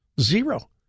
Zero